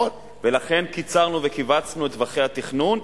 ולכן קיצרנו וכיווצנו את טווחי התכנון,